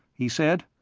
he said.